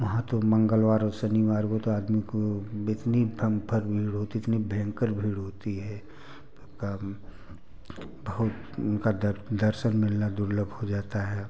वहाँ तो मंगलवार और शनिवार को तो आदमी को इतनी बम्पर भीड़ होती है इतनी भयंकर भीड़ होती है का बहुत उनका दर्शन मिलना दुर्लभ हो जाता है